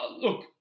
look